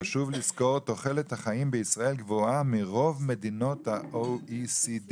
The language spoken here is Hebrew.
חשוב לזכור: תוחלת החיים בישראל גבוהה מרוב מדינות ה-OECD.